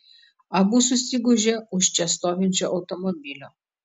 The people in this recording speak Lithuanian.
abu susigūžė už čia stovinčio automobilio